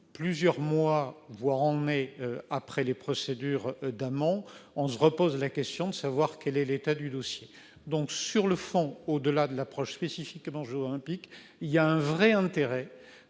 plusieurs mois, voire en mai après les procédures d'un moment on se repose la question de savoir quel est l'état du dossier donc sur le fond, au-delà de l'approche spécifique bonjour un pic il y a un vrai intérêt